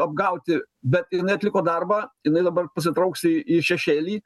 apgauti bet jinai atliko darbą jinai dabar pasitrauks į į šešėlį